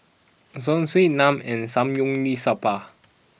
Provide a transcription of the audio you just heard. Zosui Naan and Samgyeopsal